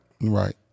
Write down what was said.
Right